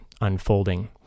unfolding